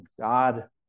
God